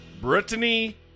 Brittany